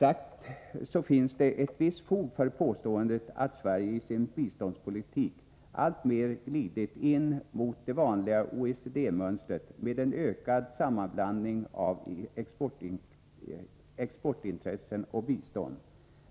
Det finns ett visst fog för påståendet att Sverige i sin biståndspolitik alltmer glidit in mot det vanliga OECD-mönstret med en ökad sammanblandning av exportintressen och bistånd.